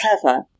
clever